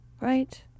right